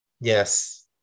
Yes